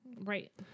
Right